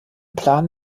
plan